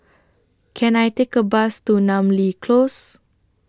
Can I Take A Bus to Namly Close